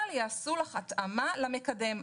אבל יעשו לך התאמה למקדם,